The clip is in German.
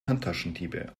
handtaschendiebe